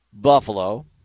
buffalo